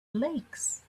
lakes